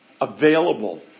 available